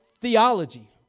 theology